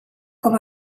com